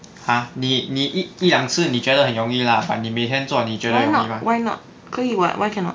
ha 你你一一两次你觉得很容易啦你每天做你觉得可以吗